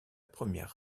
première